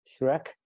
Shrek